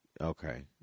Okay